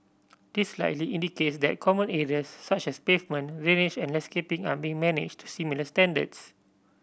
this likely indicates that common areas such as pavement drainage and landscaping are being managed to similar standards